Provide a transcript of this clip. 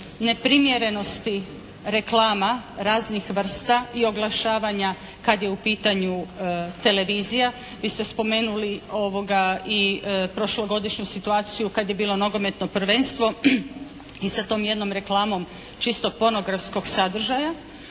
neprimjerenosti reklama raznih vrsta i oglašavanja kada je u pitanju televizija. Vi ste spomenuli i prošlogodišnju situaciju kada je bilo nogometno prvenstvo i sa tom jednom reklamom čisto pornografskog sadržaja.